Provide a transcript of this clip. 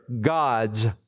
gods